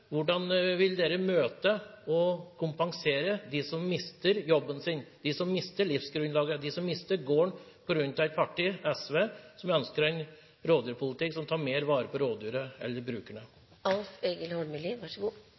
Hvordan vil de møte dette og kompensere for dette overfor dem som mister jobben sin, som mister livsgrunnlaget, som mister gården på grunn av et parti, SV, som ønsker en rovdyrpolitikk som tar mer vare på